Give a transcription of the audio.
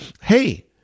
hey